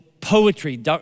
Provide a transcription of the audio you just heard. poetry